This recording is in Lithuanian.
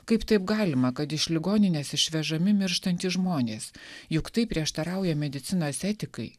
kaip taip galima kad iš ligoninės išvežami mirštantys žmonės juk tai prieštarauja medicinos etikai